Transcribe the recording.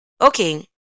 Okay